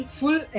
full